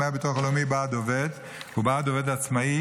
הביטוח הלאומי בעד עובד ובעד עובד עצמאי